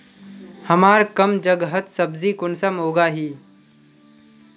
हमार कम जगहत सब्जी कुंसम उगाही?